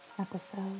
episode